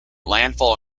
landfall